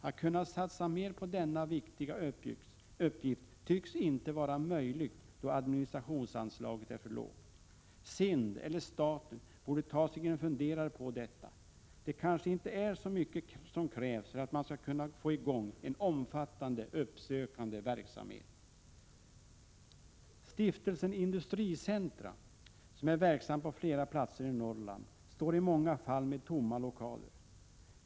Att kunna satsa mer på denna viktiga uppgift tycks inte vara möjligt, då administrationsanslaget är för lågt. SIND eller staten borde ta sig en funderare på detta. Det kanske inte är så mycket som krävs för att man skall kunna få i gång en omfattande uppsökande verksamhet. Stiftelsen Industricentra, som är verksam på flera platser i Norrland, står i många fall med tomma lokaler.